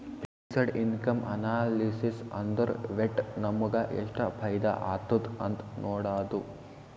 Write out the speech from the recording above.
fixed income analysis ಅಂದುರ್ ವಟ್ಟ್ ನಮುಗ ಎಷ್ಟ ಫೈದಾ ಆತ್ತುದ್ ಅಂತ್ ನೊಡಾದು